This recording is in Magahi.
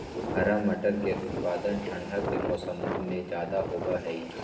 हरा मटर के उत्पादन ठंढ़ के मौसम्मा में ज्यादा होबा हई